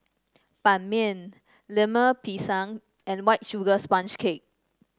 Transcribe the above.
Ban Mian Lemper Pisang and White Sugar Sponge Cake